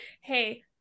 hey